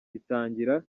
bitangira